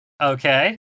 Okay